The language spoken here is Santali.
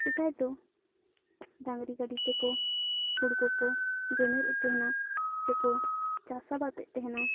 ᱥᱮᱫᱟᱭ ᱫᱚ ᱰᱟᱝᱨᱤ ᱜᱟᱹᱰᱤ ᱛᱮᱠᱚ ᱦᱳᱲᱳ ᱠᱚᱠᱚ ᱜᱮᱢᱮᱨᱮᱫ ᱛᱟᱦᱮᱱᱟ ᱥᱮ ᱠᱚ ᱪᱟᱥᱟ ᱵᱟᱫᱽ ᱮ ᱛᱟᱦᱮᱱᱟ